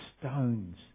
stones